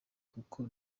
kuko